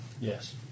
Yes